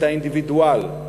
את האינדיבידואל.